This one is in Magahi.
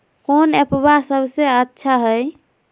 कौन एप्पबा सबसे अच्छा हय?